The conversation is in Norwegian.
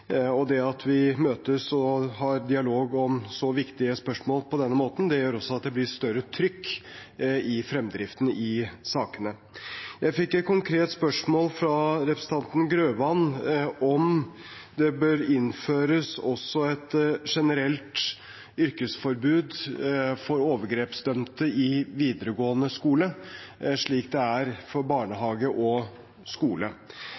Stortinget. Det at vi møtes og har dialog om så viktige spørsmål på denne måten, gjør at det også blir større trykk på fremdriften i sakene. Jeg fikk et konkret spørsmål fra representanten Grøvan om hvorvidt det bør innføres et generelt yrkesforbud for overgrepsdømte også i videregående skole, slik det er for barnehage og skole.